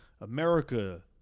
America